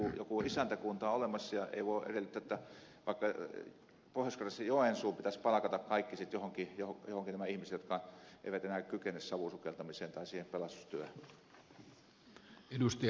jokin isäntäkunta on olemassa ja ei voi edellyttää että vaikka pohjois karjalassa joensuun pitäisi palkata johonkin työhön sitten kaikki nämä ihmiset jotka eivät enää kykene savusukeltamiseen tai siihen pelastustyöhön